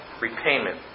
Repayment